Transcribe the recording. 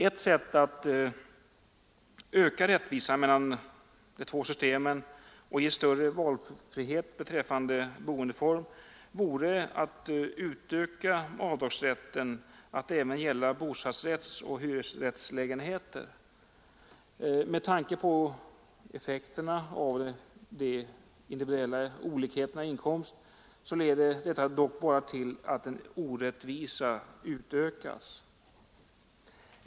Ett sätt att öka rättvisan mellan de två systemen och ge större valfrihet beträffande boendeform vore att utöka avdragsrätten att även gälla bostadsrättsoch hyreslägenheter. Med tanke på effekterna av de individuella olikheterna i inkomst så leder detta dock bara till att en orättvisa utökas.